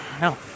No